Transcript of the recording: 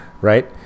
Right